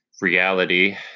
reality